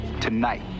tonight